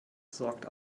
sorgt